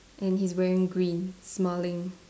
and he's wearing green smiling